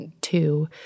two